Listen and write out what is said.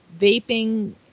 vaping